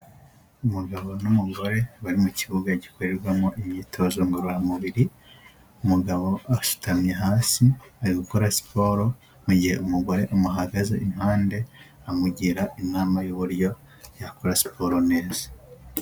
Umugabo n'umugore bari mu kibuga gikorerwamo imyitozo ngororamubiri, umugabo asutamye hasi ari gukora siporo mu gihe umugore amuhagaze iruhande amugira inama y'uburyo yakora siporo neza.